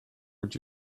would